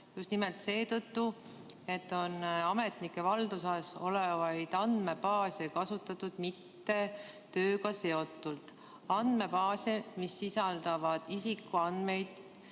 just nimelt seetõttu, et ametnike valduses olevaid andmebaase oli kasutatud tööga mitteseotult, andmebaase, mis sisaldavad isikuandmeid,